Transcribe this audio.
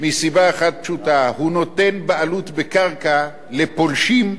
מסיבה אחת פשוטה, הוא נותן בעלות בקרקע לפולשים,